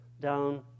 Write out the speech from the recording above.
down